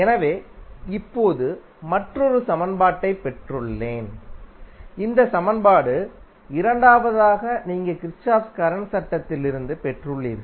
எனவே இப்போது மற்றொரு சமன்பாட்டைப் பெற்றுள்ளேன் இந்த சமன்பாடு இரண்டாவதாக நீங்கள் கிர்ச்சோஃப் கரண்ட் சட்டத்திலிருந்து பெற்றுள்ளீர்கள்